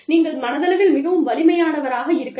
நீங்கள் மனதளவில் மிகவும் வலிமையானவராக இருக்கலாம்